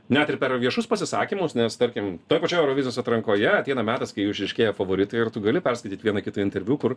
net ir per viešus pasisakymus nes tarkim toj pačioj eurovizijos atrankoje ateina metas kai jau išryškėja favoritai ir tu gali perskaityt vieną kitą interviu kur